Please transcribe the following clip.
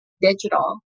digital